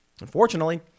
Unfortunately